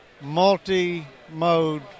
multi-mode